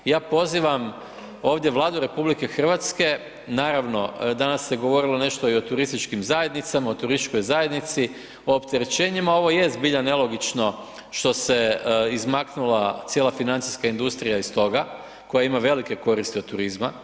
Ja pozivam ovdje Vladu RH, naravno, danas se govorilo nešto i o turističkim zajednicama, o turističkoj zajednici, o opterećenjima, ovo je zbilja nelogično što se izmaknula cijela financijska industrija iz toga koja ima velike koristi od turizma.